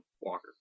walker